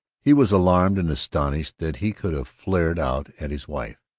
he was alarmed and astonished that he could have flared out at his wife,